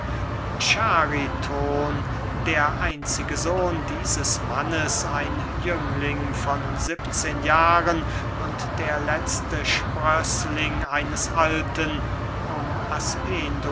chariton der einzige sohn dieses mannes ein jüngling von siebzehn jahren und der letzte sprößling eines alten um